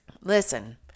Listen